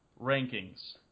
rankings